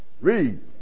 Read